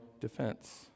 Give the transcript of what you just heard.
defense